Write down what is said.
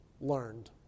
learned